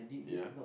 ya